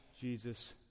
Jesus